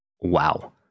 Wow